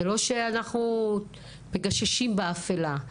זה לא שאנחנו מגששים באפילה.